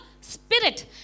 spirit